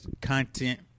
content